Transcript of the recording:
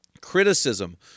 Criticism